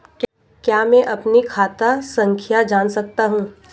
क्या मैं अपनी खाता संख्या जान सकता हूँ?